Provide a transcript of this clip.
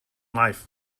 life